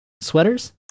Sweaters